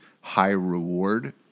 high-reward